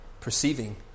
perceiving